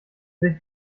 sich